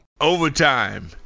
Overtime